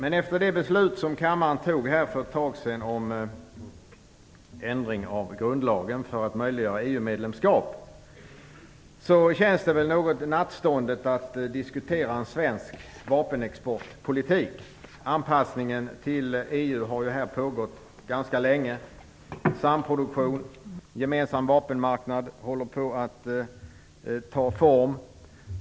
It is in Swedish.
Efter det beslut som kammaren fattade för ett tag sedan, om ändring av grundlagen för att möjliggöra EU-medlemskap, känns det något nattståndet att diskutera en svensk vapenexportpolitik. Anpassningen till EU har pågått ganska länge. Samproduktion och en gemensam vapenmarknad håller på att ta form.